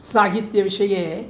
साहित्यविषये